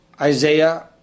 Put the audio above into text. Isaiah